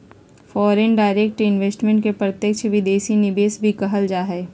foreign direct investment के प्रत्यक्ष विदेशी निवेश भी कहल जा हई